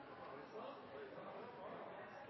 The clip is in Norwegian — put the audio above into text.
ja så må vi ta